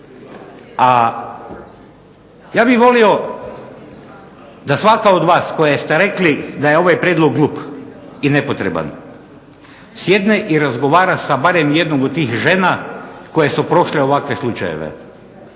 A ja bih volio da svaka od vas koje ste rekli da je ovaj Prijedlog glup i nepotreban sjedne i razgovara sa barem jednom od tih žena koje su prošle ovakve slučajeve,